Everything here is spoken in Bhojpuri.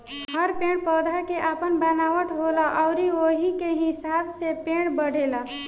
हर पेड़ पौधा के आपन बनावट होला अउरी ओही के हिसाब से पेड़ बढ़ेला